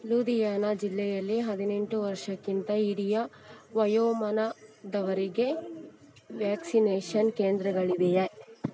ಲುಧಿಯಾನ ಜಿಲ್ಲೆಯಲ್ಲಿ ಹದಿನೆಂಟು ವರ್ಷಕ್ಕಿಂತ ಹಿರಿಯ ವಯೋಮಾನದವರಿಗೆ ವ್ಯಾಕ್ಸಿನೇಷನ್ ಕೇಂದ್ರಗಳಿವೆಯೇ